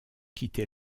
quitté